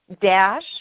dash